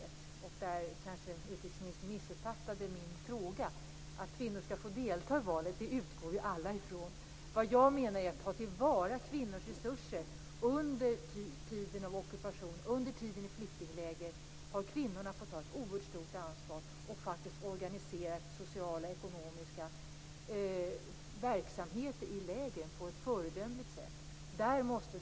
Kanske missuppfattade utrikesministern min fråga. Att kvinnor skall få delta i valet utgår vi alla ifrån. Vad jag menar är att vi måste ta till vara kvinnors resurser. Under tiden av ockupation och tiden i flyktingläger har kvinnorna fått ta ett oerhört stort ansvar och faktiskt organiserat sociala och ekonomiska verksamheter i lägren på ett föredömligt sätt.